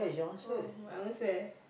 oh my answer eh